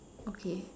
okay